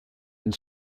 and